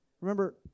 Remember